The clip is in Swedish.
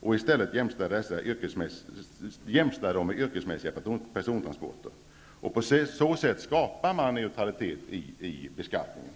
Man vill i stället att dessa transporter skall jämställas med yrkesmässiga persontransporter. På så sätt skapas det neutralitet inom beskattningen.